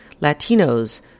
Latinos